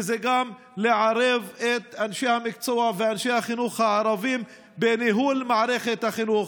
וזה גם לערב את אנשי המקצוע ואנשי החינוך הערבים בניהול מערכת החינוך.